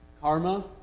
karma